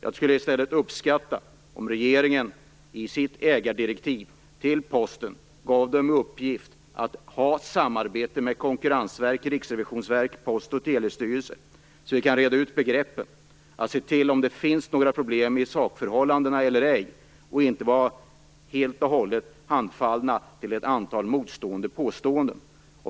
Jag skulle i stället uppskatta om regeringen i sitt ägardirektiv till Posten gav den i uppgift att ha samarbete med Konkurrensverket, Riksrevisionsverket och Post och telestyrelsen så att vi kan reda ut begreppen, se om det finns några problem i sak eller ej och inte vara helt och hållet handfallna inför ett antal motstående påståenden.